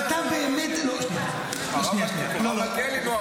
-- אתה באמת --- הרב מלכיאלי,